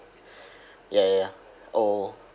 ya ya ya oh